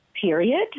period